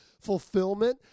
fulfillment